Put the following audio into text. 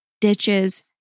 ditches